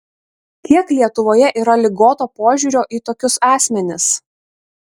kiek lietuvoje yra ligoto požiūrio į tokius asmenis